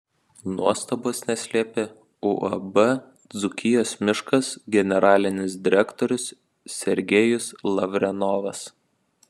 nuostabos neslėpė uab dzūkijos miškas generalinis direktorius sergejus lavrenovas